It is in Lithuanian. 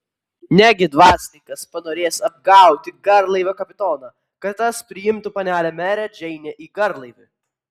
negi dvasininkas panorės apgauti garlaivio kapitoną kad tas priimtų panelę merę džeinę į garlaivį